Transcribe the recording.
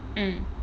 mm